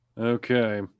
Okay